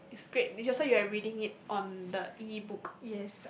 alright is great did you also reading it on the ebook